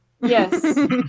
Yes